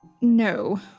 no